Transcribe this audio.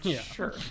Sure